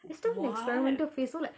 it's still an experimental phase so like